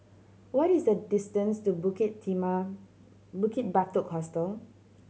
what is the distance to Bukit Bukit Batok Hostel